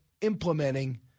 implementing